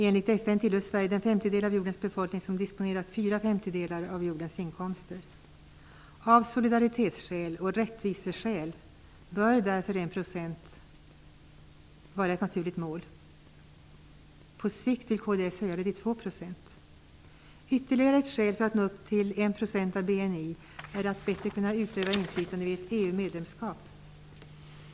Enligt FN tillhör Sverige den femtedel av jordens befolkning som disponerar cirka fyra femtedelar av jordens inkomster. Av solidaritetsskäl och rättviseskäl bör därför enprocentsmålet vara ett naturligt mål. På sikt vill kds att målet höjs till 2 %. Ytterligare ett skäl för att uppnå målet 1 % av BNI är att man då kan utöva ett större inflytande vid ett EU-medlemskap.